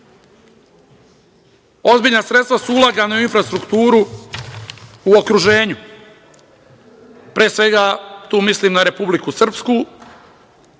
Ozbiljna sredstva su ulagana u infrastrukturu u okruženju. Pre svega, tu mislim na Republiku Srpsku